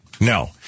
no